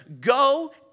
go